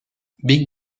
big